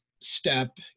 step